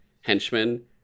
henchmen